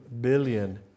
billion